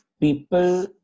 people